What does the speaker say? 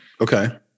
Okay